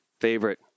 favorite